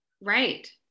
Right